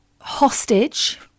hostage